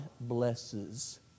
blesses